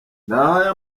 ndahayo